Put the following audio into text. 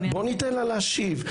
בוא ניתן לה להשיב,